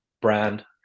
brand